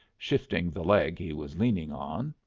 shifting the leg he was leaning on.